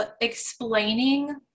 explaining